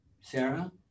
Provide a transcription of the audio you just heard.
Sarah